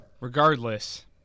Regardless